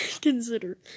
consider